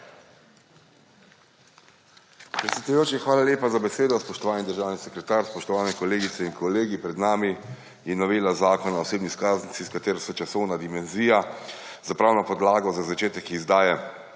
hvala lepa za besedo. Spoštovani državni sekretar, spoštovane kolegice in kolegi. Pred nami je novela Zakona o osebni izkaznici, s katero se časovna dimenzija za pravno podlago za začetek izdaje